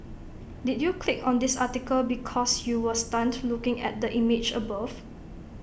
did you click on this article because you were stunned looking at the image above